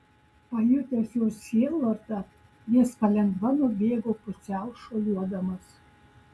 pajutęs jos sielvartą jis palengva nubėgo pusiau šuoliuodamas